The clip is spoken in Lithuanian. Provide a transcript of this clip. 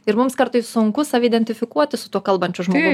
ir mums kartais sunku save identifikuoti su tuo kalbančiu žmogum